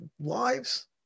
lives